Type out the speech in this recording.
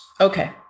okay